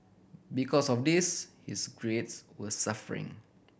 because of this his grades were suffering